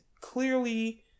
clearly